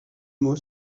mot